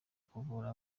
kuvura